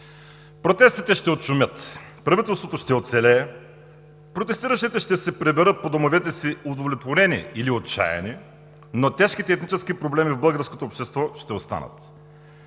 Протестите ще отшумят. Правителството ще оцелее. Протестиращите ще се приберат по домовете си удовлетворени или отчаяни, но тежките етнически проблеми в българското общество ще останат.